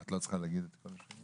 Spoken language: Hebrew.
את לא צריכה להגיד את כל?